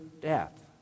death